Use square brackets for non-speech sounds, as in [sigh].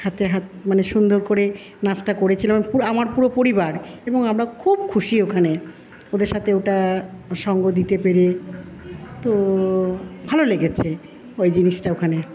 হাতে হাত মানে সুন্দর করে নাচটা করেছিলাম [unintelligible] আমার পুরো পরিবার এবং আমরা খুব খুশি ওখানে ওদের সাথে ওটা সঙ্গ দিতে পেরে তো ভালো লেগেছে ওই জিনিসটা ওখানে